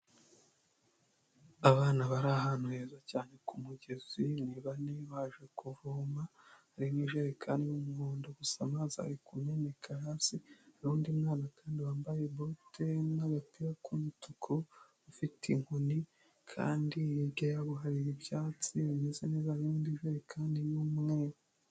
Abana bari ahantu heza cyane ku mugezi, ni bane baje kuvoma, hari n'ijerikani y'umuhondo, gusa amazi ari kumeneka hasi, hari n'undi mwana kandi wambaye bote n'agapira k'umutuku, ufite inkoni, kandi hirya yabo hari ibyatsi bimeze nka byabindi kandi ni umweru.